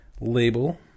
label